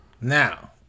Now